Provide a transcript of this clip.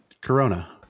Corona